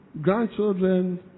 grandchildren